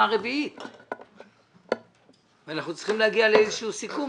הרביעית ואנחנו צריכים להגיע לאיזשהו סיכום.